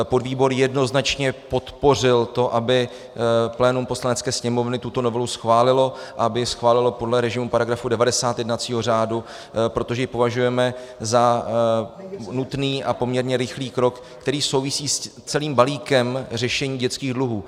Podvýbor jednoznačně podpořil to, aby plénum Poslanecké sněmovny tuto novelu schválilo, aby ji schválilo podle režimu § 90 jednacího řádu, protože ji považujeme za nutný a poměrně rychlý krok, který souvisí s celým balíkem řešení dětských dluhů.